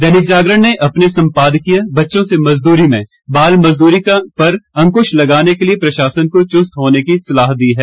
दैनिक जागरण ने अपने संपादकीय बच्चों से मजदूरी में बाल मजदूरी पर अंकुश लगाने के लिए प्रशासन को चुस्त होने की सलाह दी है